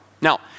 Now